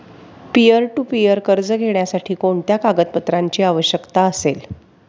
Peer to peer कर्ज घेण्यासाठी कोणत्या कागदपत्रांची आवश्यकता असेल?